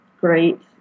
great